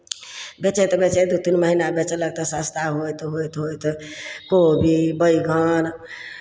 बेचैत बेचैत दू तीन महिना बेचलक तऽ सस्ता होइत होइत होइत कोबी बैगन